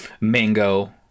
Mango